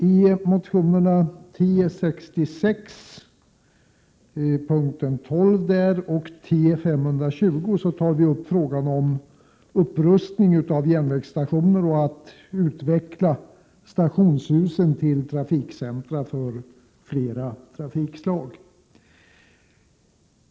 I motionerna T66 yrkande 12 och T520 tar vi upp frågan om att upprusta järnvägsstationer och att utveckla stationshusen till trafikcentra för flera trafikslag.